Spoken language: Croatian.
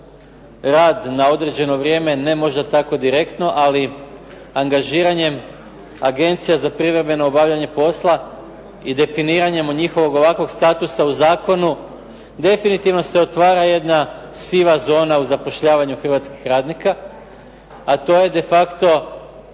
rad na određeno vrijeme ne možda tako direktno ali angažiranjem agencija za privremeno obavljanje posla i definiranjem njihovog ovakvog statusa u zakonu definitivno se otvara jedna siva zona u zapošljavanju hrvatskih radnika a to je de facto